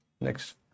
Next